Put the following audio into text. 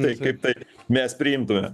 tai kaip tai mes priimtume